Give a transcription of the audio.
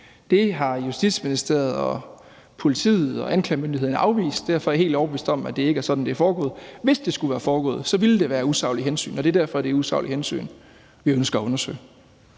Det har Justitsministeriet, politiet og anklagemyndigheden afvist. Derfor er jeg helt overbevist om, at det ikke er sådan, det er foregået. Hvis det skulle være foregået, ville det være usaglige hensyn, og det er derfor, det er usaglige hensyn, vi ønsker at undersøge.